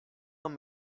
man